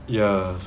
ya